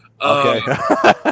Okay